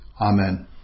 Amen